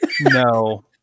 No